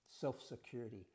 self-security